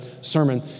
sermon